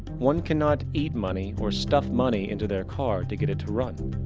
one cannot eat money, or stuff money into their car to get it to run.